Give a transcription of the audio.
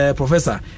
professor